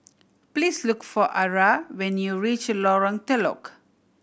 please look for Ara when you reach Lorong Telok